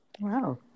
Wow